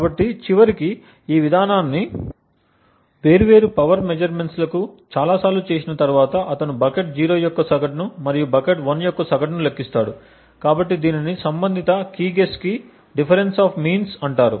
కాబట్టి చివరికి ఈ విధానాన్ని వేర్వేరు పవర్ మెజర్మెంట్లకు చాలా సార్లు చేసిన తరువాత అతను బకెట్ 0 యొక్క సగటును మరియు బకెట్ 1 యొక్క సగటును లెక్కిస్తాడు కాబట్టి దీనిని సంబంధిత కీ గెస్కి డిఫరెన్స్ ఆఫ్ మీన్స్ అంటారు